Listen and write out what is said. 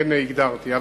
לכן הגדרתי.